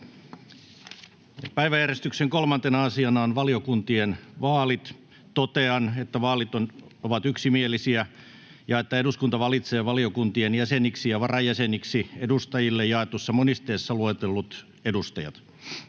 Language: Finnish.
Päiväjärjestyksen 3. asiana on valiokuntien vaalit. Totean, että vaalit ovat yksimielisiä ja että eduskunta valitsee valiokuntien jäseniksi ja varajäseniksi edustajille jaetussa monisteessa luetellut edustajat.